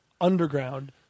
underground